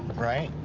right?